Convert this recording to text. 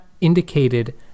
indicated